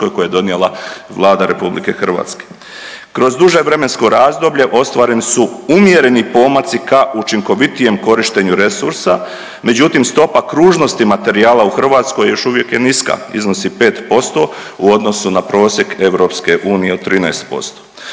koje je donijela Vlada Republike Hrvatske. Kroz duže vremensko razdoblje ostvareni su umjereni pomaci ka učinkovitijem korištenju resursa, međutim stopa kružnosti materijala u Hrvatskoj još uvijek je niska iznosi 5% u odnosu na prosjek EU od 13%.